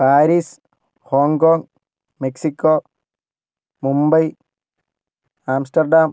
Paris Hong Kong Mexico Mumbai Amsterdam